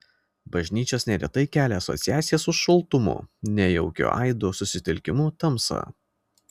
bažnyčios neretai kelia asociacijas su šaltumu nejaukiu aidu susitelkimu tamsa